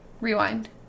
Rewind